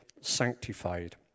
sanctified